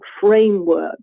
framework